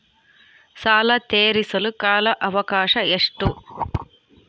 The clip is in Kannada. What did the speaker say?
ಸಾಲ ತೇರಿಸಲು ಕಾಲ ಅವಕಾಶ ಎಷ್ಟು?